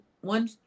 one